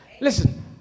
Listen